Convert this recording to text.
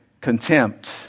contempt